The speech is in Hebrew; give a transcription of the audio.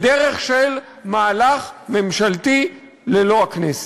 בדרך של מהלך ממשלתי ללא הכנסת.